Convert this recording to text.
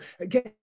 again